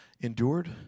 endured